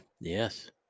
Yes